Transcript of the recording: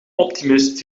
optimist